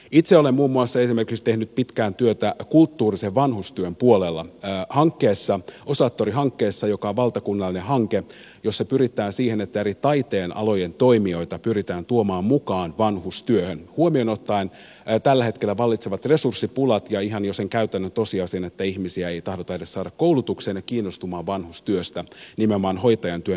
itse olen muun muassa esimerkiksi tehnyt pitkään työtä kulttuurisen vanhustyön puolella osaattori hankkeessa joka on valtakunnallinen hanke jossa pyritään siihen että eri taiteenalojen toimijoita pyritään tuomaan mukaan vanhustyöhön huomioon ottaen tällä hetkellä vallitsevat resurssipulat ja ihan jo se käytännön tosiasia että ihmisiä ei tahdota edes saada koulutukseen ja kiinnostumaan vanhustyöstä nimenomaan hoitajan työn näkökulmasta